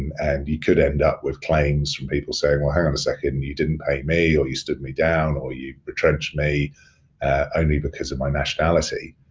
and you could end up with claims from people saying, well, hang on a second, and you didn't pay, or you stood me down, or you retrenched me only because of my nationality.